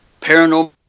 Paranormal